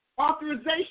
authorization